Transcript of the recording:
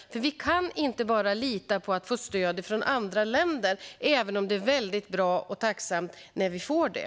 Vi kan inte bara lita på att få stöd från andra länder, även om det är väldigt bra och tacknämligt när vi får det.